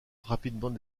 rapidement